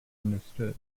understood